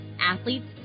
athletes